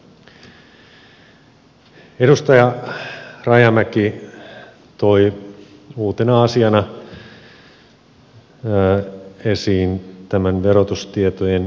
edustaja rajamäki toi uutena asiana esiin tämän verotustietojen julkisuuden